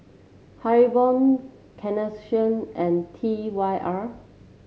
Haribo Carnation and T Y R